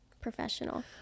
professional